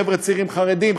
חבר'ה צעירים חרדים,